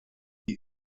sie